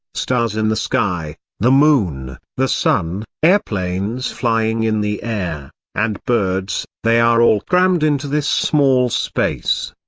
stars in the sky, the moon, the sun, airplanes flying in the air, and birds they are all crammed into this small space.